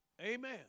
Amen